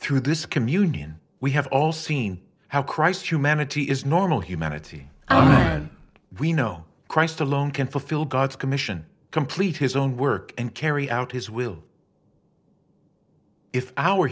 through this communion we have all seen how christ humanity is normal humanity we know christ alone can fulfill god's commission complete his own work and carry out his will if our